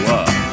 up